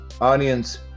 audience